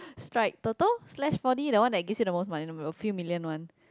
strike Toto slash four-D the one that gives you the most money the a few million one